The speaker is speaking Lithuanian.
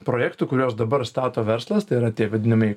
projektų kuriuos dabar stato verslas tai yra tie vadinamieji